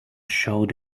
showed